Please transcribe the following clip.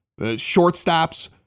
shortstops